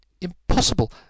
Impossible